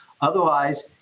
Otherwise